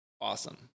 awesome